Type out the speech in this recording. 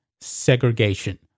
segregation